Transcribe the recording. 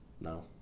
No